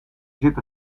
zit